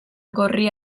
gorri